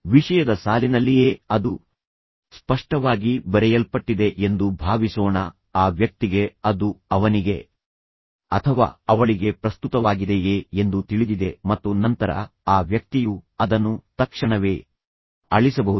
ವಿಷಯದ ಸಾಲಿನಲ್ಲಿಯೇ ಅದು ಸ್ಪಷ್ಟವಾಗಿ ಬರೆಯಲ್ಪಟ್ಟಿದೆ ಎಂದು ಭಾವಿಸೋಣ ಆ ವ್ಯಕ್ತಿಗೆ ಅದು ಅವನಿಗೆ ಅಥವಾ ಅವಳಿಗೆ ಪ್ರಸ್ತುತವಾಗಿದೆಯೇ ಎಂದು ತಿಳಿದಿದೆ ಮತ್ತು ನಂತರ ಆ ವ್ಯಕ್ತಿಯು ಅದನ್ನು ತಕ್ಷಣವೇ ಅಳಿಸಬಹುದು